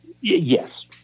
yes